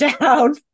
down